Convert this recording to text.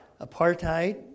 apartheid